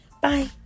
Bye